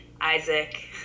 Isaac